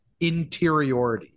interiority